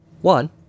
One